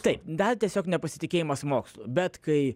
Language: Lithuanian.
taip dar tiesiog nepasitikėjimas mokslu bet kai